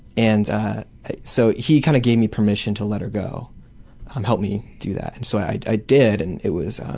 and ah so he kind of gave me permission to let her go and um helped me do that, and so i did, and it was